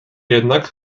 jednak